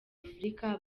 afurika